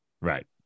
Right